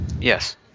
yes